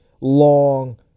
long